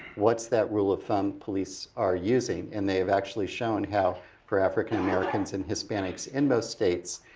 what's that rule of thumb police are using. and they've actually shown how for african americans and hispanics, in most states.